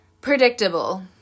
predictable